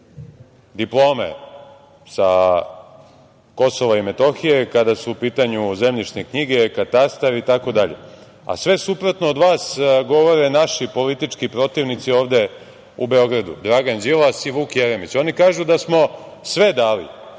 diplome sa KiM, kada su u pitanju zemljišne knjige, katastar itd. A sve suprotno od vas govore naši politički protivnici ovde u Beogradu, Dragan Đilas i Vuk Jeremić. Oni kažu da smo sve dali,